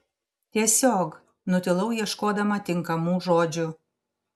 tiesiog nutilau ieškodama tinkamų žodžių